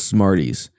Smarties